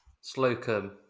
Slocum